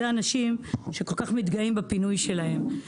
אלו אנשים שכל כך מתגאים בפינוי שלהם.